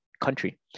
country